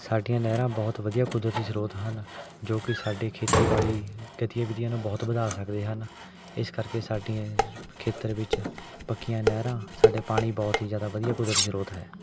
ਸਾਡੀਆਂ ਨਹਿਰਾਂ ਬਹੁਤ ਵਧੀਆ ਕੁਦਰਤੀ ਸਰੋਤ ਹਨ ਜੋ ਕਿ ਸਾਡੇ ਖੇਤੀਬਾੜੀ ਗਤੀਵਿਧੀਆਂ ਨੂੰ ਬਹੁਤ ਵਧਾ ਸਕਦੇ ਹਨ ਇਸ ਕਰਕੇ ਸਾਡੇ ਖੇਤਰ ਵਿੱਚ ਪੱਕੀਆਂ ਨਹਿਰਾਂ ਸਾਡੇ ਪਾਣੀ ਬਹੁਤ ਹੀ ਜ਼ਿਆਦਾ ਵਧੀਆ ਕੁਦਰਤੀ ਸਰੋਤ ਹੈ